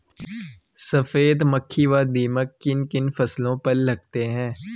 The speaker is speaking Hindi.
सफेद मक्खी व दीमक किन किन फसलों पर लगते हैं?